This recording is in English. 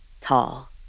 tall